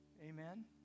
Amen